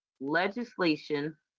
legislation